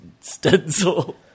Stencil